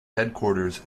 headquarters